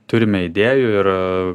turime idėjų ir